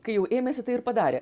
kai jau ėmėsi tai ir padarė